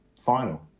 final